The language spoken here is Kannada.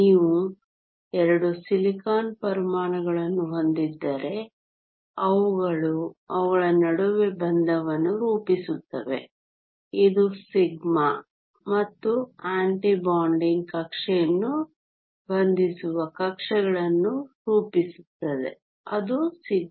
ನೀವು 2 ಸಿಲಿಕಾನ್ ಪರಮಾಣುಗಳನ್ನು ಹೊಂದಿದ್ದರೆ ಅವುಗಳು ಅವುಗಳ ನಡುವೆ ಬಂಧವನ್ನು ರೂಪಿಸುತ್ತವೆ ಇದು ಸಿಗ್ಮಾ ಮತ್ತು ಆಂಟಿಬಾಂಡಿಂಗ್ ಕಕ್ಷೆಯನ್ನು ಬಂಧಿಸುವ ಕಕ್ಷೆಗಳನ್ನು ರೂಪಿಸುತ್ತದೆ ಅದು σ